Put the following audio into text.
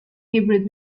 hybrid